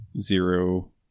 zero